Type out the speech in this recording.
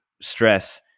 stress